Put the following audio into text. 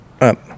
up